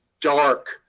dark